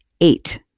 eight